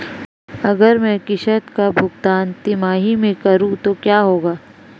अगर मैं किश्त का भुगतान तिमाही में करूं तो क्या होगा?